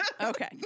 Okay